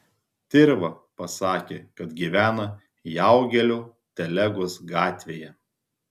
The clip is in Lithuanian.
tirva pasakė kad gyvena jaugelio telegos gatvėje